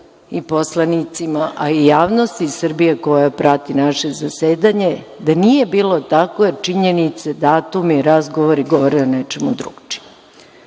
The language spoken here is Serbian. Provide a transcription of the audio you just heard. i poslanicima, a i javnosti Srbije koja prati naše zasedanje da nije bilo tako, jer činjenice, datumi i razgovori govore o nečemu drugačijem. Znači,